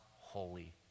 holy